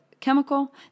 chemical